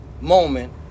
moment